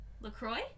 LaCroix